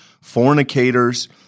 fornicators